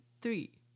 three